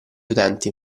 utenti